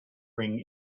ring